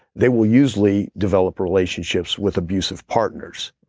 they will usually develop relationships with abusive partners,